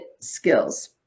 skills